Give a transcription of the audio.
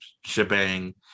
shebang